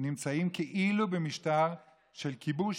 נמצאים כאילו במשטר של כיבוש.